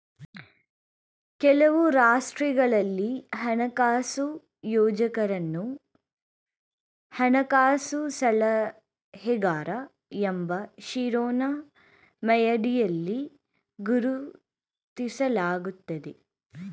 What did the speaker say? ಕೆಲವು ರಾಷ್ಟ್ರಗಳಲ್ಲಿ ಹಣಕಾಸು ಯೋಜಕರನ್ನು ಹಣಕಾಸು ಸಲಹೆಗಾರ ಎಂಬ ಶಿರೋನಾಮೆಯಡಿಯಲ್ಲಿ ಗುರುತಿಸಲಾಗುತ್ತದೆ